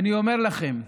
אני אומר לכם,